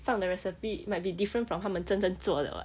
some of the recipe might be different from 他们真正做的 [what]